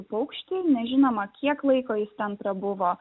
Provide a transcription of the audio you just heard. paukštį nežinoma kiek laiko jis ten prabuvo